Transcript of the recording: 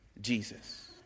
Jesus